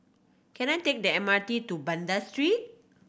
can I take the M R T to Banda Street